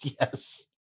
Yes